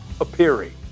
appearing